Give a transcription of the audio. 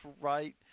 right